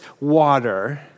water